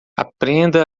aprenda